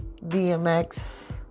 DMX